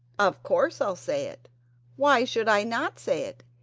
of course i'll say it why should i not say it?